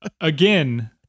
Again